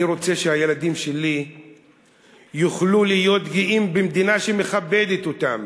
אני רוצה שהילדים שלי יוכלו להיות גאים במדינה שמכבדת אותם,